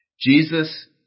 Jesus